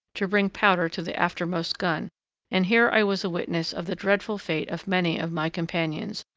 to bring powder to the aftermost gun and here i was a witness of the dreadful fate of many of my companions,